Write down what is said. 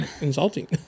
insulting